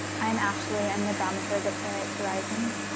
i'm ashley. i'm the dramaturg at playwrights horizons.